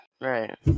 right